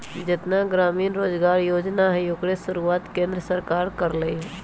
जेतना ग्रामीण रोजगार योजना हई ओकर शुरुआत केंद्र सरकार कर लई ह